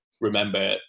remember